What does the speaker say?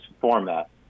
format